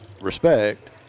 respect